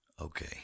okay